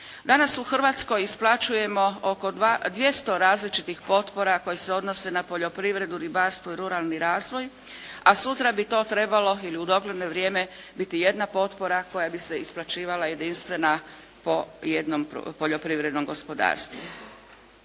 Danas u Hrvatskoj isplaćujemo oko 200 različitih potpora koje se odnose na poljoprivredu, ribarstvo i ruralni razvoj, a sutra bi to trebalo ili u dogledno vrijeme biti jedna potpora koja bi se isplaćivala, jedinstvena po jednom poljoprivrednom gospodarstvu.